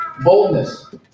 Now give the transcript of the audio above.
boldness